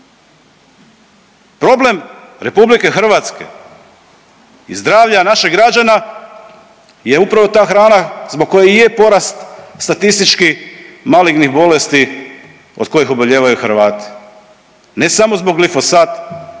Problem RH i zdravlja naših građana je upravo ta hrana zbog koje i je porast statistički malignih bolesti od kojih obolijevaju Hrvati, ne samo zbog glifosata